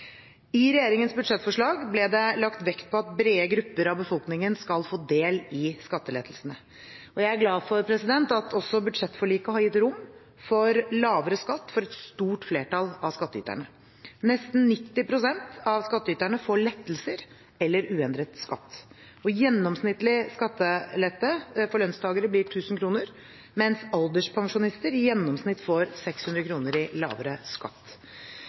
I regjeringens budsjettforslag ble det lagt vekt på at brede grupper av befolkningen skal få del i skattelettelsene, og jeg er glad for at også budsjettforliket har gitt rom for lavere skatt for et stort flertall av skatteyterne. Nesten 90 pst. av skatteyterne får lettelser eller uendret skatt. Gjennomsnittlig skattelette for lønnstakere blir 1 000 kr, mens alderspensjonister i gjennomsnitt får 600 kr i lavere skatt.